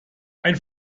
ein